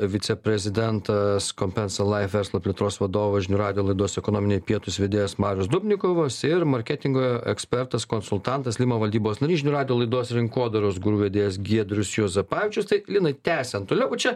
viceprezidentas kompensa live verslo plėtros vadovas žinių radijo laidos ekonominiai pietūs vedėjas marius dubnikovas ir marketingo ekspertas konsultantas lima valdybos narys žinių radijo laidos rinkodaros guru vedėjas giedrius juozapavičius tai linai tęsiant toliau čia